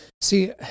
See